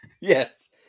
Yes